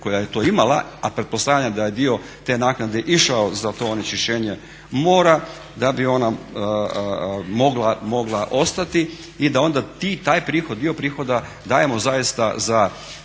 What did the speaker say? koja je to imala, a pretpostavljam da je dio te naknade išao za to onečišćenje mora, da bi ona mogla ostati i da onda taj prihod, dio prihoda dajemo zaista za